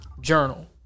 journal